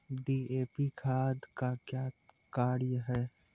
DAP खाद का क्या कार्य हैं?